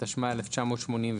התשמ"א-1981,